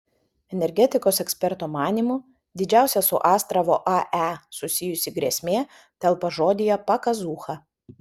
energetikos eksperto manymu didžiausia su astravo ae susijusi grėsmė telpa žodyje pakazūcha